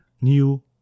new